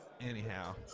anyhow